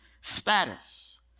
status